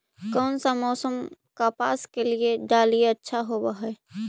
कोन सा मोसम कपास के डालीय अच्छा होबहय?